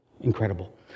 incredible